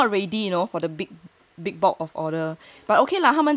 they are not ready you know for the big big bulk of order but okay lah